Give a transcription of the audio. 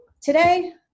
today